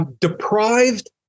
Deprived